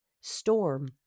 storm